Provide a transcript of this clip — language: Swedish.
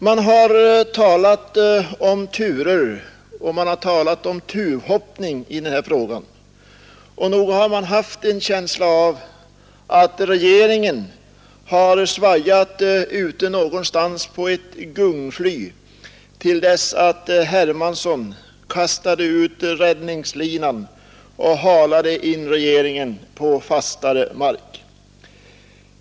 Man har talat om turer och om tuvhoppning i den här frågan, och nog har jag haft en känsla av att regeringen har svajat någonstans ute på ett gungfly till dess att herr Hermansson kastade ut räddningslinan och halade in regeringen på fastare mark.